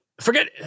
forget